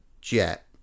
jet